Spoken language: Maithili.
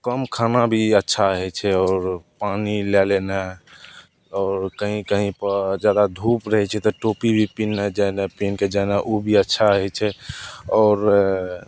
कम खाना भी अच्छा होइ छै आओर पानी लै लेनाइ आओर कहीँ कहीँपर जादा धूप रहै छै तऽ टोपी भी पिन्हनाइ जेनाइ पिन्हिके जाना ओ भी अच्छा होइ छै आओर